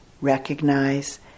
recognize